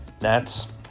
Nats